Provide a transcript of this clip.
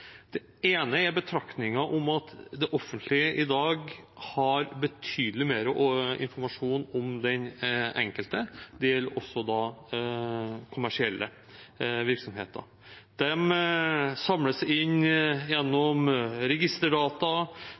Det ene er betraktningen om at det offentlige i dag har betydelig mer informasjon om den enkelte. Det gjelder også kommersielle virksomheter. De samles inn gjennom registerdata,